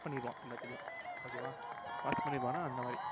pass பண்ணிடுவான் எல்லாத்துலேயும் ஓகேவா பாஸ் பண்ணிடுவான்னா அந்த மாதிரி